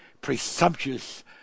presumptuous